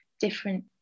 different